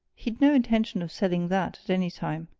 he'd no intention of selling that, at any time.